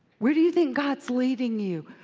where do you think god's leading you?